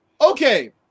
Okay